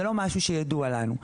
זה לא משהו שידוע לנו,